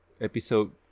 Episode